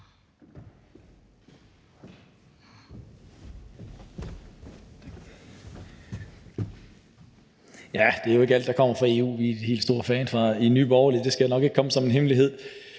Det er jo ikke alt, der kommer fra EU, vi er helt store fans af i Nye Borgerlige. Det kommer nok ikke som en hemmelighed.